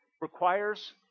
requires